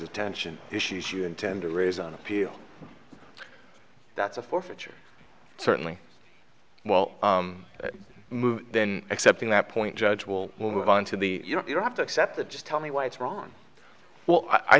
attention issues you intend to raise on appeal that's a forfeiture certainly well then excepting that point judge will move on to the you know you don't have to accept the just tell me why it's wrong well i